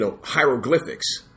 hieroglyphics